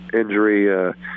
injury